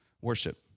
worship